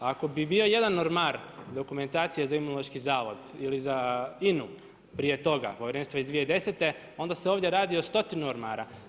Ako bi bio jedan ormar dokumentacija za Imunološki zavod ili za INA-u prije toga, povjerenstva iz 2010. onda se ovdje radi o stotinu ormara.